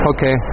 Okay